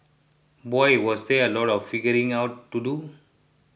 boy was there a lot of figuring out to do